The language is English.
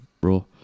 bro